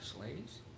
ladies